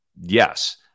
yes